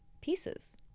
pieces